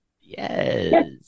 Yes